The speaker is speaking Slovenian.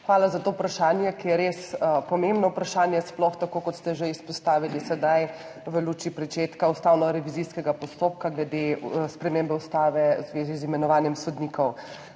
Hvala za to vprašanje, ki je res pomembno vprašanje, sploh, tako kot ste že izpostavili, sedaj v luči pričetka ustavnorevizijskega postopka glede spremembe ustave v zvezi z imenovanjem sodnikov.